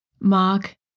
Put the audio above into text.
Mark